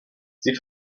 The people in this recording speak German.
sie